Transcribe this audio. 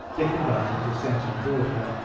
dick and i were sent on board her,